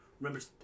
Remember